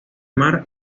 mar